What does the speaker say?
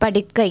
படுக்கை